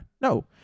no